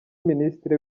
minisitiri